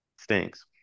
Stinks